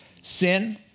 Sin